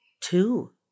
Two